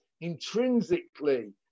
intrinsically